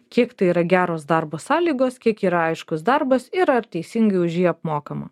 kiek tai yra geros darbo sąlygos kiek yra aiškus darbas ir ar teisingai už jį apmokama